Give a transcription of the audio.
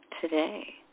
today